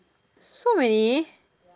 so many